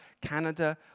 Canada